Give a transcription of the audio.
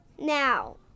Now